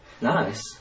Nice